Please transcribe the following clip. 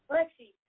Lexi